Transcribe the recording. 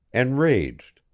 enraged,